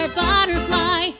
butterfly